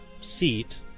seat